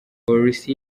polisi